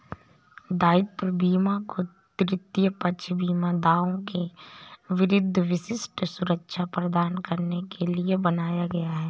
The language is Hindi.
दायित्व बीमा को तृतीय पक्ष बीमा दावों के विरुद्ध विशिष्ट सुरक्षा प्रदान करने के लिए बनाया गया है